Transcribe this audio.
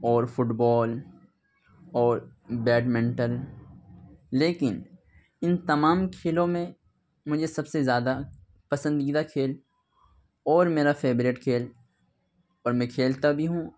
اور football اور badminton لیکن ان تمام کھیلوں میں مجھے سب سے زیادہ پسندیدہ کھیل اور میرا فیوریٹ کھیل اور میں کھیلتا بھی ہوں